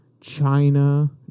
China